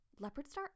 Leopardstar